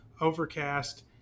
Overcast